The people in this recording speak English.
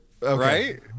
Right